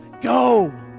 go